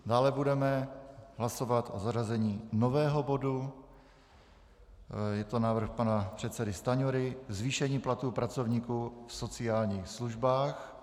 Dále budeme hlasovat o zařazení nového bodu, je to návrh pana předsedy Stanjury, zvýšení platu pracovníků v sociálních službách.